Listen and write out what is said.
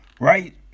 right